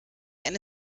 eine